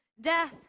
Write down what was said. death